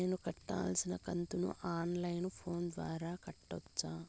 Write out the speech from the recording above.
నేను కట్టాల్సిన కంతును ఆన్ లైను ఫోను ద్వారా కట్టొచ్చా?